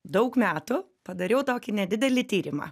daug metų padariau tokį nedidelį tyrimą